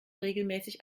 regelmäßig